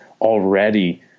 already